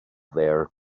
there